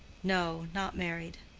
no, not married.